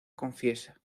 confiesa